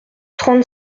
trente